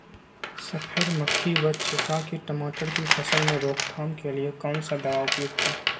सफेद मक्खी व चेपा की टमाटर की फसल में रोकथाम के लिए कौन सा दवा उपयुक्त है?